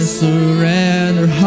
surrender